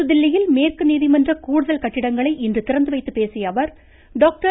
புதுதில்லியில் மேற்கு நீதிமன்ற கூடுதல் கட்டிடங்களை இன்று திறந்து வைத்து பேசிய அவர் டாக்டர்